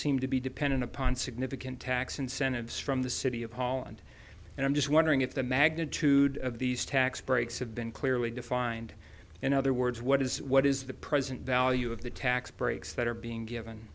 seem to be dependent upon significant tax incentives from the city of holland and i'm just wondering if the magnitude of these tax breaks have been clearly defined in other words what is what is the present value of the tax breaks that are being given